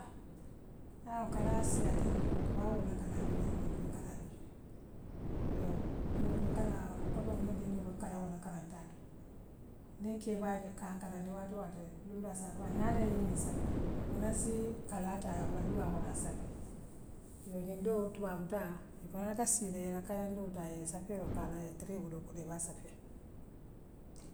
Haa kalaal siaata tubaaboo la kalaa bijee moo fiŋ kalaa bijee yoo moo fiŋ kalaa kommu ňiŋ dindiŋoo be karaŋoo na karantaati ňiŋ yee keeba je kaa karandi waatoo waati luŋdoo assaa faaye naanaŋ yee ňiŋ saferŋee ako na'assii karaŋ ke ayaa naa safeyee ňiŋ doo tubaabu taa iňonta siile yee ila kaya ndiŋoo taa yaa saferoo ka'ala aya tara ibulol koto ibaa safer.